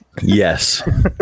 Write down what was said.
Yes